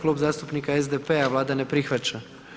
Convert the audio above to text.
Klub zastupnika SDP-a Vlada ne prihvaća.